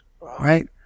Right